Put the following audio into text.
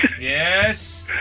Yes